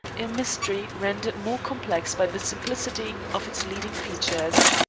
a mystery rendered more complex by the simplicity of its leading features.